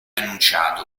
annunciato